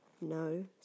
No